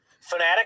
fanatic